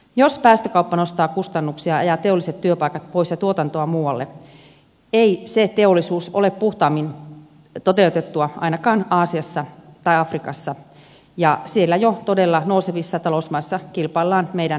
jos päästökauppa nostaa kustannuksia ajaa teolliset työpaikat pois ja tuotantoa muualle ei se teollisuus ole puhtaammin toteutettua ainakaan aasiassa tai afrikassa ja siellä jo todella nousevissa talousmaissa kilpaillaan meidän työpaikoistamme